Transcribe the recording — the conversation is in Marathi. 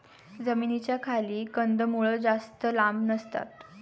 जमिनीच्या खाली कंदमुळं जास्त लांब नसतात